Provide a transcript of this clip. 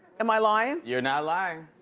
am i lying? you're not lying,